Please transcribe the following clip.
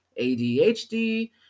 ADHD